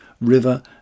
river